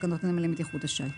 תקנות נמלי בטיחות השיט.